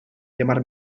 llamar